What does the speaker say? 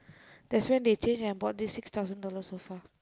that's when they change and bought this six thousand dollar sofa